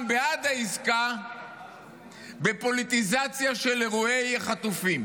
בעד העסקה בפוליטיזציה של אירועי החטופים.